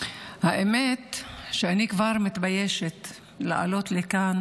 האמת היא שאני כבר מתביישת לעלות לכאן